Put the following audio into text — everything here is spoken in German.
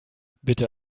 bitte